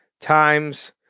times